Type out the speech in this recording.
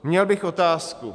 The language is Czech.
Měl bych otázku.